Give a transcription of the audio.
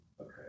Okay